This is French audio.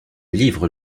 livre